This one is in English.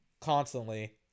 constantly